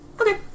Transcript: Okay